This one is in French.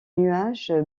nuages